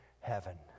heaven